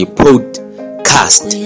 podcast